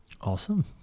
awesome